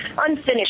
unfinished